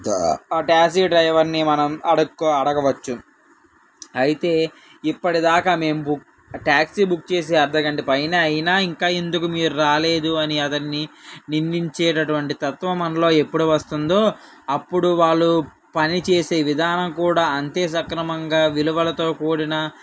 ఆ టాక్సీ డ్రైవర్ని మనం అడుక్కో అడగవచ్చు అయితే ఇప్పటిదాకా మేము బుక్ టాక్సీ బుక్ చేసి అర్ధగంట పైన అయినా ఇంకా ఎందుకు మీరు రాలేదు అని అతనిని నిందించేటటువంటి తత్వం మనలో ఎప్పుడు వస్తుందో అప్పుడు వాళ్ళు పని చేసే విధానం కూడా అంతే సక్రమంగా విలువలతో కూడిన